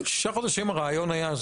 שישה חודשים הרעיון היה,